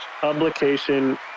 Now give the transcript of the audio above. Publication